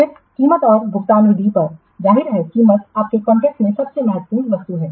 फिर कीमत और भुगतान विधि पर जाहिर है कीमत आपके कॉन्ट्रैक्ट में सबसे महत्वपूर्ण वस्तु है